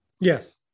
Yes